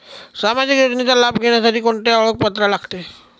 सामाजिक योजनेचा लाभ घेण्यासाठी कोणते ओळखपत्र लागते?